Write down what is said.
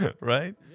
right